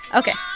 ok.